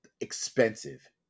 expensive